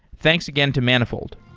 thanks again to manifold.